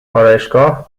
آرایشگاه